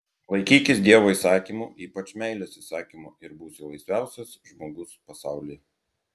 laikykis dievo įsakymų ypač meilės įsakymo ir būsi laisviausias žmogus pasaulyje